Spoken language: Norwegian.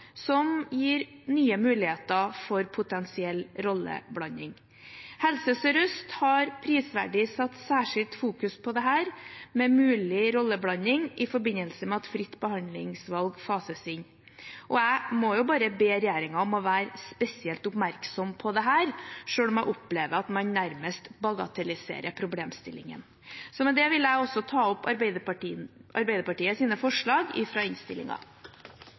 som gir nye muligheter for potensiell rolleblanding. Helse Sør-Øst har prisverdig fokusert særskilt på dette med mulig rolleblanding i forbindelse med at fritt behandlingsvalg fases inn. Jeg må bare be regjeringen om å være spesielt oppmerksom på dette, selv om jeg opplever at man nærmest bagatelliserer problemstillingen. Med det vil jeg også ta opp forslagene i innstillingen fra Arbeiderpartiet